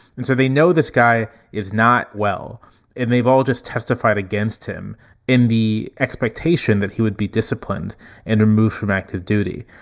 and so they know this guy is not well and they've all just testified against him in the expectation that he would be disciplined and removed from active duty.